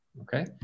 Okay